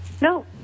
no